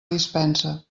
dispensa